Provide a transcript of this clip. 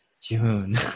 June